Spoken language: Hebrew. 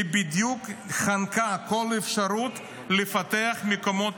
היא בדיוק חנקה כל אפשרות לפתח מקומות